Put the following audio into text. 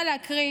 להקריא